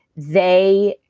they.